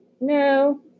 No